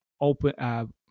open